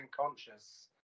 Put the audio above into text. unconscious